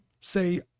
say